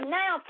now